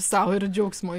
sau ir džiaugsmui